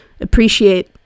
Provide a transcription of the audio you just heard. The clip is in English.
appreciate